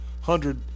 hundred